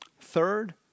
Third